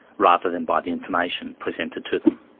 rather than by the information presented to them.